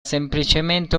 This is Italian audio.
semplicemente